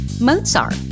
Mozart